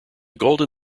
golden